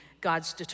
God's